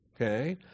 Okay